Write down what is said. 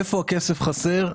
איפה הכסף חסר?